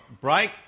break